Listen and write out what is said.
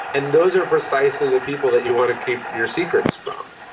and those are precisely the people that you want to keep your secrets from.